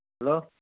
hello